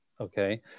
okay